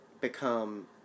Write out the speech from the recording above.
become